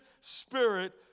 spirit